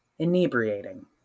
Inebriating